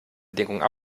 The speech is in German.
bedingungen